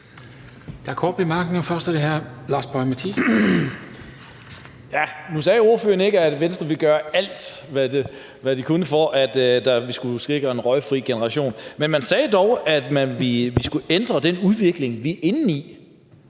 Nu sagde ordføreren ikke, at Venstre vil gøre alt, hvad de kan, for at sikre en røgfri generation. Men man sagde dog, at vi skulle ændre på den udvikling, vi er inde i.